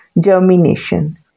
germination